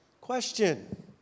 Question